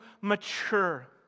mature